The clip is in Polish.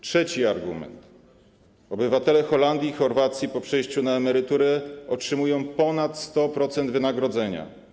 Trzeci argument: obywatele Holandii i Chorwacji po przejściu na emeryturę otrzymują ponad 100% wynagrodzenia.